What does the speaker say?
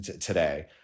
today